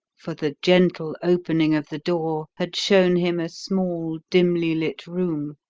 for the gentle opening of the door had shown him a small, dimly lit room,